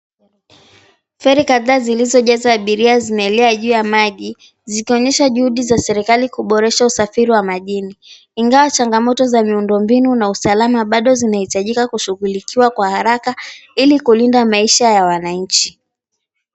Feri kadhaa zilizojaza abiria zinaelea juu ya maji zikionyesha juhudi za serikali kuboresha usafiri wa majini ingawa changamoto za miundo mbinu na usalama bado zinahitajika kumshughulikiwa kwa haraka ili kulinda maisha ya wananchi.